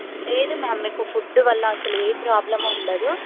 లేదు మ్యామ్ మీకు ఫుడ్డు వల్ల అసలు ఏ ప్రోబ్లము ఉండదు